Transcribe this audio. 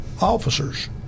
officers